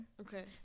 Okay